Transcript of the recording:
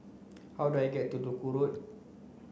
how do I get to Duku Road